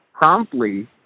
promptly